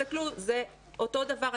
פשוט תסתכלו, זה אותו דבר.